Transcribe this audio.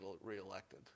reelected